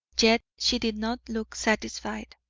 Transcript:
yet she did not look satisfied.